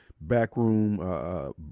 backroom